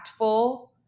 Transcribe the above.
impactful